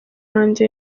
wanjye